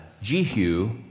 Jehu